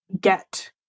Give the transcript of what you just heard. get